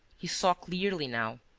he saw clearly now.